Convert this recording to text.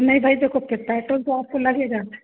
नहीं भाई देखो कितना है तो जो आपको लगेगा